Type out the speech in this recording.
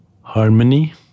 harmony